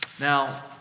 now,